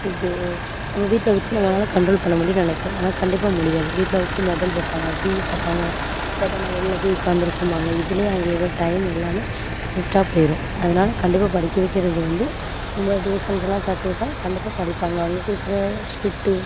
இது நம்ம வீட்டில் வச்சு நம்மளால் கண்ட்ரோல் பண்ண முடியும்னு நினைப்போம் ஆனால் கண்டிப்பாக முடியாது வீட்டில் வச்சு மொபைல் பார்ப்பாங்க டிவி பார்ப்பாங்க பட் ஆனால் வெளியில் போய் உக்கார்ந்துருக்கேன்பாங்க இதில் அவங்களோட டைம் எல்லாமே வேஸ்டாக போய்டும் அதனால கண்டிப்பாக படிக்க வைக்கிறது வந்து ரொம்ப டியூசன்ஸெலாம் சேர்த்து விட்டால் கண்டிப்பாக படிப்பாங்க அவங்க கொடுக்குற ஸ்ட்ரிக்ட்டு